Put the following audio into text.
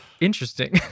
interesting